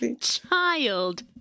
child